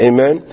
Amen